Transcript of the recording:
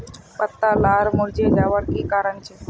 पत्ता लार मुरझे जवार की कारण छे?